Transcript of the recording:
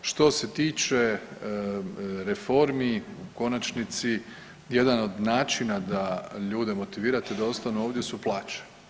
Što se tiče reformi u konačnici jedan od načina da ljude motivirate da ostanu ovdje su plaće.